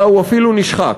אלא הוא אפילו נשחק.